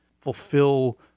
fulfill